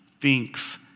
thinks